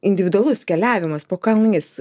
individualus keliavimas po kalnais